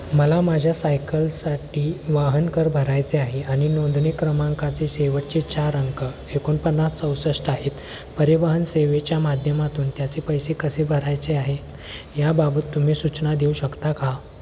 मला माझ्या सायकलसाठी वाहनकर भरायचे आहे आणि नोंदणी क्रमांकाचे शेवटचे चार अंक एकोणपन्नास चौसष्ट आहेत परिवहन सेवेच्या माध्यमातून त्याचे पैसे कसे भरायचे आहे याबाबत तुम्ही सूचना देऊ शकता का